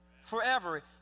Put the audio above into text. Forever